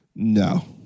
No